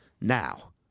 Now